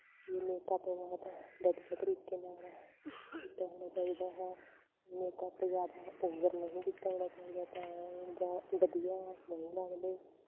ਅਤੇ ਮੇਕਅੱਪ ਬਹੁਤ ਵਧੀਆ ਤਰੀਕੇ ਨਾਲ ਕੀਤਾ ਹੋਣਾ ਚਾਹੀਦਾ ਹੈ ਮੇਕਅੱਪ ਜ਼ਿਆਦਾ ਓਵਰ ਨਹੀਂ ਕੀਤਾ ਹੋਣਾ ਚਾਹੀਦਾ ਤਾਂ ਵਾ ਵਧੀਆ ਨਹੀਂ ਲੱਗਦੇ